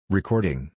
Recording